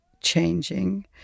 changing